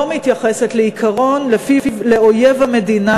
לא מתייחסת לעיקרון שלפיו לאויב המדינה